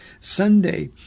Sunday